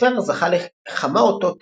הסופר זכה לכמה אותות